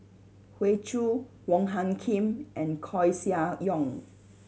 Hoey Choo Wong Hung Khim and Koeh Sia Yong